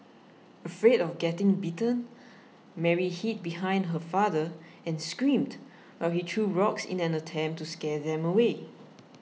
afraid of getting bitten Mary hid behind her father and screamed while he threw rocks in an attempt to scare them away